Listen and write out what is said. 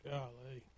Golly